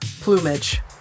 Plumage